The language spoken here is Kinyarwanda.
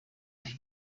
cyane